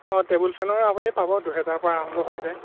অঁ টেবুল ফেনৰ আপুনি পাব দুহেজাৰ পৰা আৰম্ভ হৈ যায়